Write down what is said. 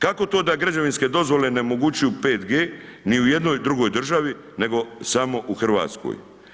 Kako to da građevinske dozvole ne omogućuju 5G ni u jednoj drugoj državi nego samo u Hrvatskoj?